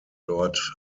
dort